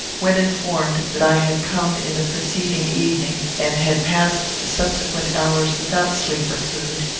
when informed that i had come in the preceding evening, and had passed the subsequent hours without sleep or food,